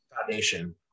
foundation